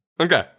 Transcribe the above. Okay